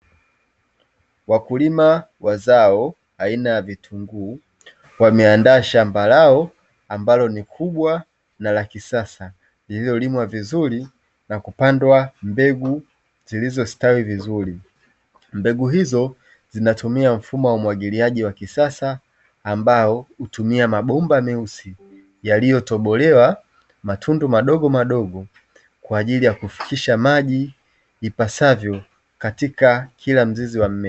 Wakulima wa zao aina ya vitunguu, wameandaa shamba lao ambalo ni kubwa na la kisasa lililolimwa vizuri na kupandwa mbegu zilizostawi vizuri mbegu hizo zinatumia mfumo wa umwagiliaji wa kisasa ambao hutumia mabumba meusi yaliyotobolewa matundu madogo madogo kwa ajili ya kufikisha maji ipasavyo katika kila mzizi wa mmea.